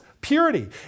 purity